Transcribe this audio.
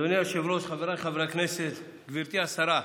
אדוני היושב-ראש, חבריי חברי הכנסת, גברתי השרה,